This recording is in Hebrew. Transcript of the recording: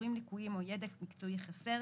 כישורים לקויים או ידע מקצועי חסר,